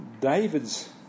David's